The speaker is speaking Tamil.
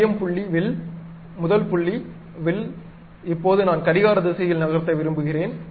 மையம் புள்ளி வில் முதல் புள்ளி வில் இப்போது நான் கடிகார திசையில் நகர்த்த விரும்புகிறேன்